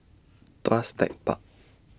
Tuas Tech Park